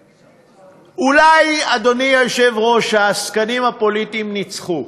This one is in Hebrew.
אולי, אדוני היושב-ראש, העסקנים הפוליטיים ניצחו,